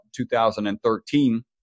2013